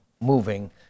moving